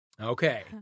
Okay